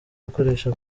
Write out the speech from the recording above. ukoresha